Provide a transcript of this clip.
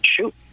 shoot